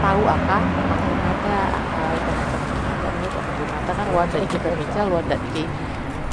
Tau aka mangge mada aka uta mbeca mangge mada doho mangge mada kan loa nda'i kai uta mbeca loa ndadi kai